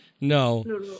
No